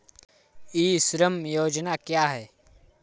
ई श्रम योजना क्या है?